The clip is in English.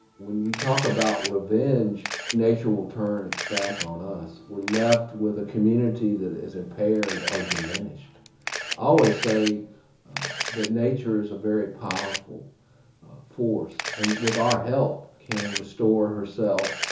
when we talk about revenge, nature will turn its back on us. we're left with a community that is impaired or diminished. i always say that nature is a very powerful force and with our help, can restore herself.